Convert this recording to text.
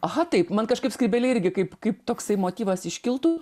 aha taip man kažkaip skrybėlė irgi kaip kaip toksai motyvas iškiltų